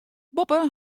boppe